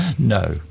No